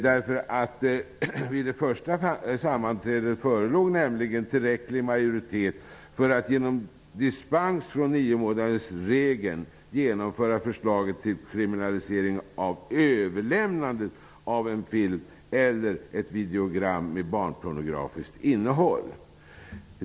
Vid det första sammanträdet förelåg nämligen tillräcklig majoritet för att genom dispens från niomånadersregeln genomföra förslaget om kriminalisering av överlämnande av film eller videogram med barnpornografiskt innehåll.